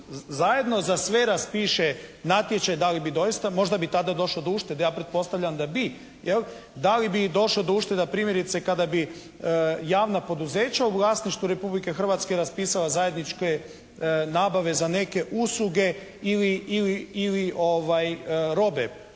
zajedno za sve raspisuje natječaj da li bi doista, možda bi tada došlo do uštede. Ja pretpostavljam da bi, jel. Da li bi došlo do uštede primjerice kada bi javna poduzeća u vlasništvu Republike Hrvatske raspisala zajedničke nabave za neke usluge ili robe.